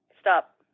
stop